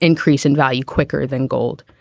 increase in value quicker than gold.